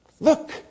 Look